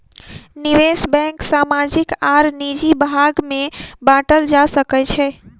निवेश बैंक सामाजिक आर निजी भाग में बाटल जा सकै छै